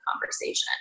conversation